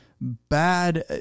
bad